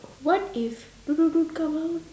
what if no no don't come out